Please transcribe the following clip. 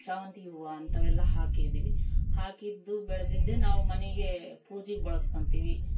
ಸೇವಂತಿಗೆ ಹೂವು ಅಂಥವೆಲ್ಲ ಹಾಕಿದೀವಿ ಹಾಕಿದ್ದು ಬೆಳೆದಿದ್ದೇ ನಾವು ಮನೆಗೆ ಪೂಜೆಗ್ ಬಳಸ್ಕೊಂತೀವಿ